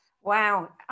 Wow